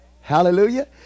Hallelujah